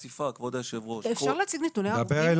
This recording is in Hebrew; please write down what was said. אפשר להציג נתוני הרוגים.